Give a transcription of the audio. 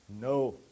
no